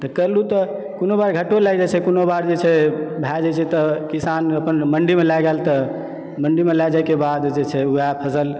तऽ करलु तऽ कोनो बार घाटो लागि जाइ छै कोनो बार जे छै भए जाइ छै तऽ किसान अपन मण्डीमे लय गेल तऽ मण्डीमे लय जाइके बाद जे छै वएह फसल